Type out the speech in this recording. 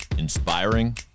Inspiring